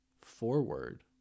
forward